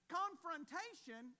confrontation